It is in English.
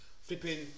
Flipping